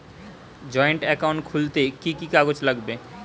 Joint account খুলতে কি কি কাগজ লাগবে?